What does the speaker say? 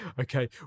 Okay